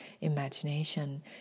imagination